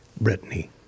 Brittany